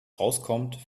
rauskommt